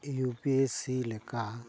U P C ᱞᱮᱠᱟ